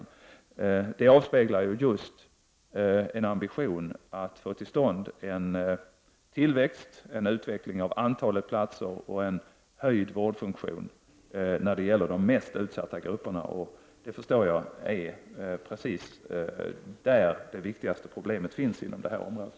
Detta avspeglar en ambition att få till stånd en tillväxt och en utveckling av antalet platser samt en höjd vårdfunktion i fråga om de mest utsatta grupperna. Och jag förstår att det största problemet inom detta område ligger just där.